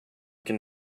can